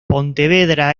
pontevedra